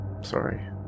Sorry